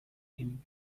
him